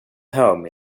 home